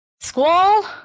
Squall